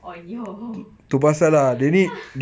on your